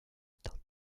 tilted